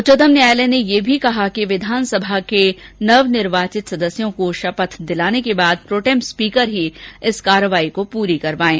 उच्चतम न्यायालय ने यह भी कहा कि विधानसभा के नवनिर्वाचित सदस्यों को शपथ दिलाने के बाद प्रोटेम स्पीकर ही इस कार्यवाही को पूरी करवाएं